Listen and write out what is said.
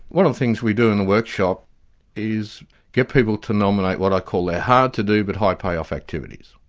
one of the things we do in the workshop is to get people to nominate what i call their hard to do but high pay-off activities.